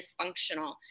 dysfunctional